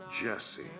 Jesse